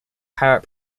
parrot